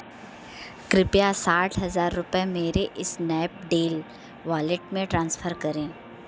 कृपया साठ हज़ार रुपये मेरे इस्नैपडील वॉलेट में ट्रांसफर करें